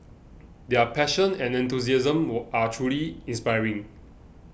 their passion and enthusiasm were are truly inspiring